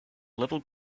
level